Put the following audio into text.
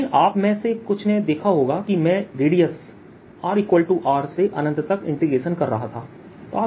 लेकिन आप में से कुछ ने देखा होगा कि मैं रेडियस rR से अनंत तक का इंटीग्रेशन कर रहा था